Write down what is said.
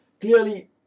clearly